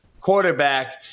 quarterback